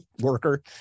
worker